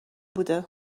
بوده